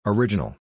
Original